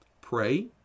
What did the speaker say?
Pray